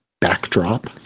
backdrop